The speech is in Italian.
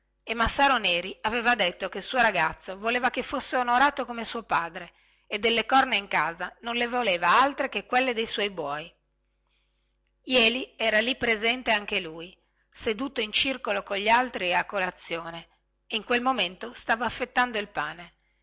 e massaro neri aveva detto che il suo ragazzo voleva che fosse onorato come suo padre e delle corna in casa non le voleva altre che quelle dei suoi buoi jeli era lì presente anche lui seduto in circolo cogli altri a colazione e in quel momento stava affettando il pane